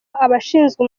abashinzwe